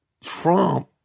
Trump